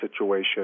situation